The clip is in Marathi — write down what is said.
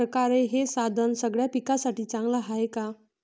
परकारं हे साधन सगळ्या पिकासाठी चांगलं हाये का?